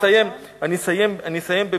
חבר הכנסת בן-ארי, אני אסיים במשפט.